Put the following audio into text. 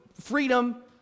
freedom